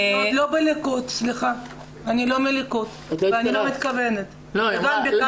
אני לא מהליכוד ואני לא מתכוונת להיות בליכוד.